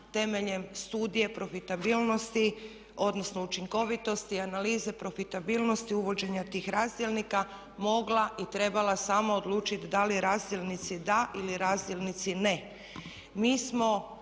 temeljem studije profitabilnosti odnosno učinkovitosti, analize profitabilnosti uvođenja tih razdjelnika mogla i trebala samo odlučiti da li razdjelnici da ili razdjelnici ne.